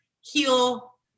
heal